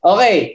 Okay